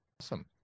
awesome